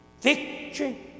victory